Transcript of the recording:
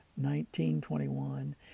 19.21